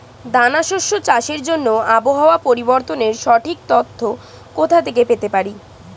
দানা শস্য চাষের জন্য আবহাওয়া পরিবর্তনের সঠিক তথ্য কোথা থেকে পেতে পারি?